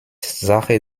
sache